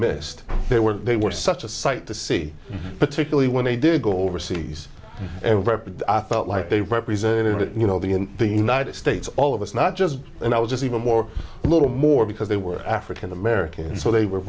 missed they were they were such a sight to see particularly when they did go overseas and represent i felt like they represented you know the in the united states all of us not just and i was just even more a little more because they were african american and so they were